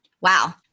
Wow